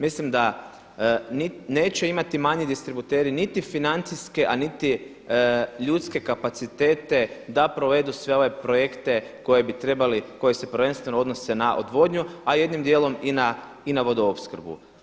Mislim da neće imati manji distributeri niti financijske, a niti ljudske kapacitete da provedu sve ove projekte koje bi trebali, koji se prvenstveno odnose na odvodnju, a jednim dijelom i na vodoopskrbu.